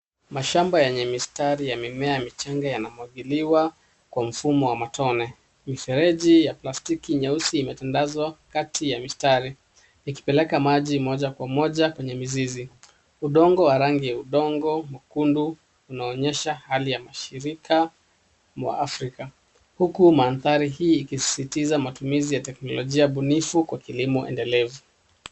Mashamba yenye mistari ya mimea michanga yanamwagiliwa kwa mfumo wa matone, mifereji ya plastiki nyeusi imetandazwa Kati ya mistari ikipeleka maji moja kwa moja kwenye mizizi udongo wa rangi ya udongo unaonyesha Hali ya mashirika ya Afrika huku mandari hii ikisisitiza matumizi ya teknolojia bunifu ya elimu endelevu.